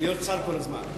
להיות שר כל הזמן.